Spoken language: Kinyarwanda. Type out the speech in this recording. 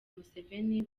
museveni